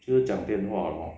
就是讲电话